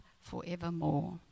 forevermore